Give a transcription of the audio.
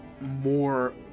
more